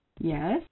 Yes